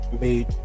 made